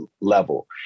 level